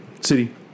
City